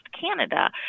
Canada